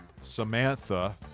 Samantha